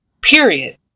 period